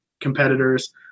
competitors